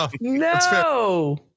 No